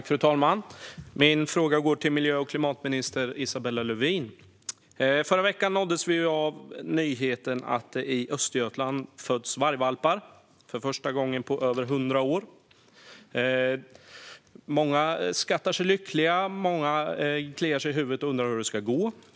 Fru talman! Min fråga går till miljö och klimatminister Isabella Lövin. Förra veckan nåddes vi av nyheten att det i Östergötland fötts vargvalpar för första gången på över hundra år. Många gläds, men andra kliar sig i huvudet och undrar hur det ska gå.